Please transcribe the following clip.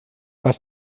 was